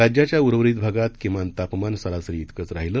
राज्याच्या उर्वरित भागात किमान तापमान सरासरी इतकच राहीलं